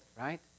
right